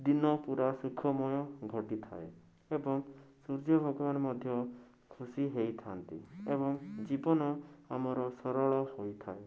ଦିନ ପୁରା ସୁଖମୟ ଘଟିଥାଏ ଏବଂ ସୂର୍ଯ୍ୟ ଭଗବାନ ମଧ୍ୟ ଖୁସି ହେଇଥାନ୍ତି ଏବଂ ଜୀବନ ଆମର ସରଳ ହୋଇଥାଏ